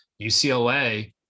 UCLA